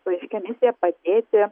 su aiškia misija padėti